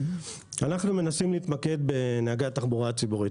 אנחנו מנסים להתמקד בנהגי התחבורה הציבורית,